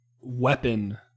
weapon